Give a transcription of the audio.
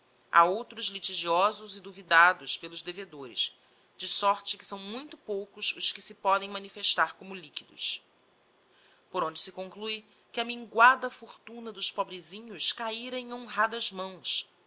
ha outros litigiosos e duvidados pelos devedores de sorte que são muito poucos os que se podem manifestar como liquidos por onde se conclue que a minguada fortuna dos pobresinhos cahira em honradas mãos